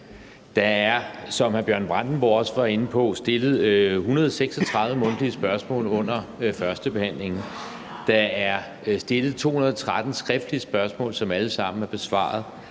Der er, som hr. Bjørn Brandenborg også var inde på, stillet 136 mundtlige spørgsmål under førstebehandlingen; der er stillet 213 skriftlige spørgsmål, som alle sammen er besvaret;